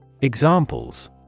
Examples